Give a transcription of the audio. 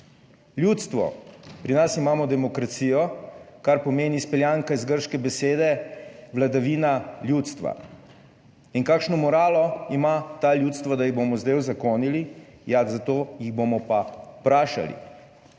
Ljudstvo. Pri nas imamo demokracijo, kar pomeni izpeljanka iz grške besede "vladavina ljudstva". In kakšno moralo ima ta ljudstva, da jih bomo zdaj uzakonili? Ja, zato jih bomo pa vprašali.